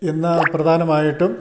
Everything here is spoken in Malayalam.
ഇന്ന് പ്രധാനമായിട്ടും